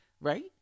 right